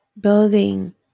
building